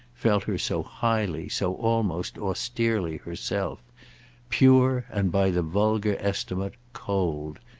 felt her so highly, so almost austerely, herself pure and by the vulgar estimate cold,